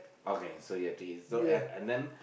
okay so you have to eats and and then